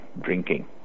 drinking